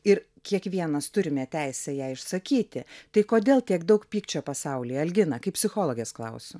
ir kiekvienas turime teisę ją išsakyti tai kodėl tiek daug pykčio pasaulyje algina kaip psichologės klausiu